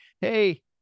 hey